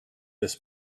this